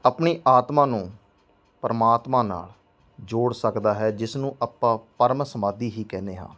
ਆਪਣੀ ਆਤਮਾ ਨੂੰ ਪਰਮਾਤਮਾ ਨਾਲ ਜੋੜ ਸਕਦਾ ਹੈ ਜਿਸ ਨੂੰ ਆਪਾਂ ਪਰਮ ਸਮਾਧੀ ਹੀ ਕਹਿੰਦੇ ਹਾਂ